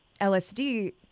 LSD